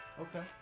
Okay